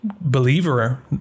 believer